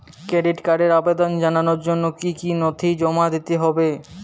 Credit কার্ডের আবেদন জানানোর জন্য কী কী নথি জমা দিতে হবে?